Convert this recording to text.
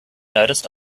noticed